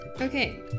Okay